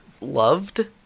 loved